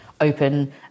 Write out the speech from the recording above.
open